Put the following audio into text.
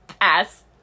Ass